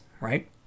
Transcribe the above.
right